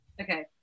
Okay